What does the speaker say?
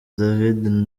david